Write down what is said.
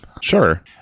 sure